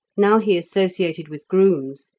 now he associated with grooms,